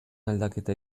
aldaketa